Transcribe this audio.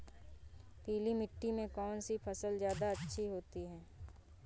पीली मिट्टी में कौन सी फसल ज्यादा अच्छी होती है?